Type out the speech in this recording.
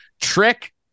Trick